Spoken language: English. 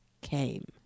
came